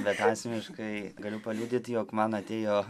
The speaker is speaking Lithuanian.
bet asmeniškai galiu paliudyt jog man atėjo